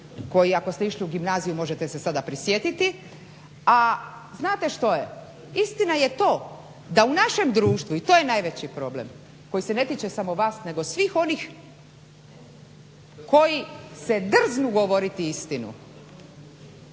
koji ako ste išli u gimnaziju možete se sada prisjetiti. A znate što je, istina je to da u našem društvu i to je najveći problem koji se ne tiče samo vas nego svih onih koji se drznu govoriti istinu,